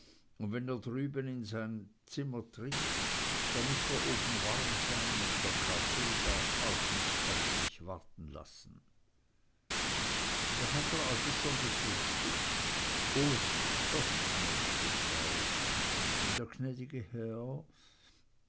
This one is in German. und wenn er drüben in sein zimmer tritt da muß der ofen warm sein und der kaffee darf auch nicht auf sich warten lassen da hat er also schon gefrühstückt oh nicht doch gnäd'ge frau der gnäd'ge herr